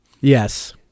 Yes